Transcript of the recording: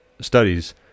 studies